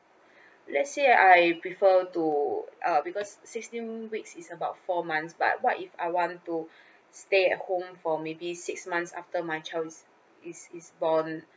let's say I prefer to uh because sixteen weeks is about four months but what if I want to stay at home for maybe six months after my child's is is born